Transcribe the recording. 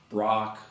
rock